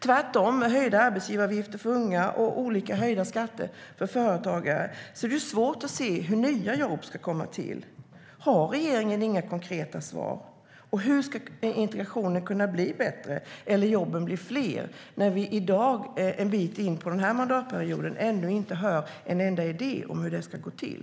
Med höjd arbetsgivaravgift för unga och med höjda skatter för företagare är det tvärtom svårt att se hur nya jobb ska komma till. Har regeringen inga konkreta svar? Och hur ska integrationen kunna bli bättre eller jobben bli fler när vi i dag, en bit in på den här mandatperioden, ännu inte har hört om någon enda idé om hur det ska gå till?